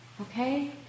Okay